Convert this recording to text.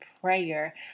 prayer